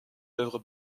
œuvre